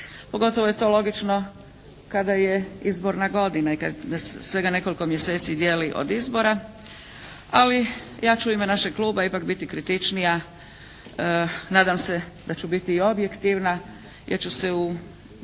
pogotovo je to logično kada je izborna godina i kada nas svega nekoliko mjeseci dijeli od izbora. Ali ja ću u ime našeg kluba ipak biti kritičnija. Nadam se da ću biti i objektivna, jer ću se u